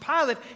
Pilate